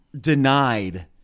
denied